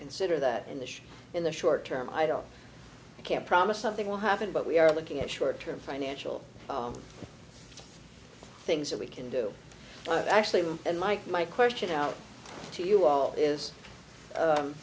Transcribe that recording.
consider that in the show in the short term i don't i can't promise something will happen but we are looking at short term financial things that we can do actually lou and mike my question now to you all is